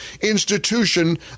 institution